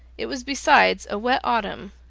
it was besides a wet autumn,